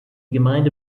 gemeinde